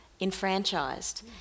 enfranchised